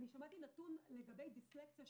שמעתי נתון לגבי דיסלקציה,